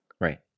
Right